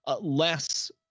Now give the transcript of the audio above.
less